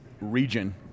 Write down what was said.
region